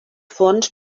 fons